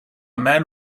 man